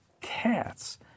cats